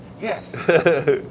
Yes